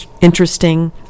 interesting